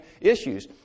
issues